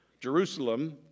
Jerusalem